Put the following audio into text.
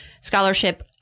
scholarship